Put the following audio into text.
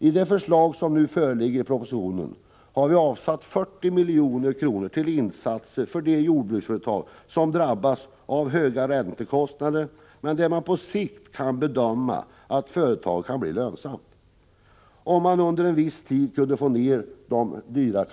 I det förslag som nu föreligger i propositionen har regeringen avsatt 40 milj.kr. till insatser för de jordbruksföretag som drabbas av höga räntekostnader men som på sikt kan bedömas bli lönsamma, om de höga kapitalkostnaderna under en viss tid kunde sänkas.